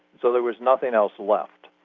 so there was nothing else left.